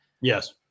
Yes